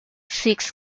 six